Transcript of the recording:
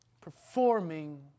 performing